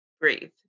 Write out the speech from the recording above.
breathe